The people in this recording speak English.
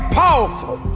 powerful